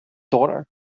daughter